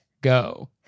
go